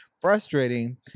Frustrating